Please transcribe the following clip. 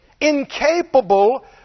incapable